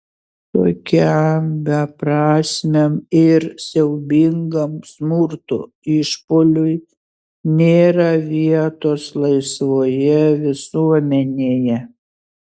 tokiam beprasmiam ir siaubingam smurto išpuoliui nėra vietos laisvoje visuomenėje